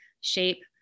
shape